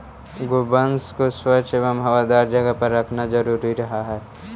गोवंश को स्वच्छ एवं हवादार जगह पर रखना जरूरी रहअ हई